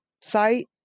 site